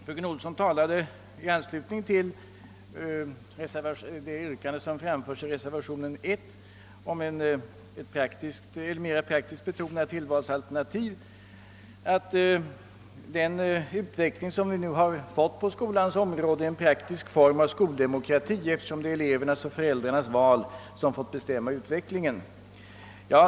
Fröken Olsson sade beträffande det yrkande som framförts i reservationen 1 om ett mera praktiskt betonat tillvalsalternativ, att den utveckling som vi nu fått på skolans område är en praktisk form av skoldemokrati, eftersom det är elevernas och föräldrarnas val som fått bestämma utvecklingen.